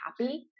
happy